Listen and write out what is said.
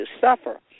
suffer